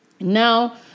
now